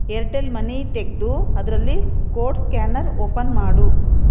Airtel money ತೆಗೆದು ಅದರಲ್ಲಿ code scanner open ಮಾಡು